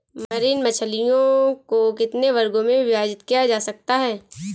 Marine मछलियों को कितने वर्गों में विभाजित किया जा सकता है?